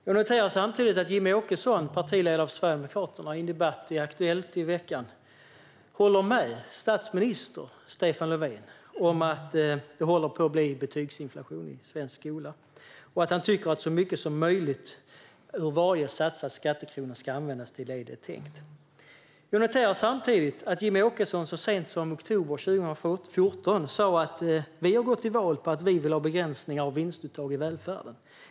Jag noterar samtidigt att Jimmie Åkesson, partiledare för Sverigedemokraterna, i en debatt i Aktuellt förra veckan håller med statsminister Stefan Löfven om att det håller på att bli betygsinflation i svensk skola, och han tycker att så mycket som möjligt av varje satsad skattekrona ska användas till det som det är tänkt. Jag noterar samtidigt att Jimmie Åkesson så sent som i oktober 2014 sa: Vi har gått till val på att vi vill ha begränsningar av vinstuttag i välfärden.